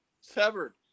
Severed